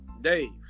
Dave